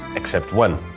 except one.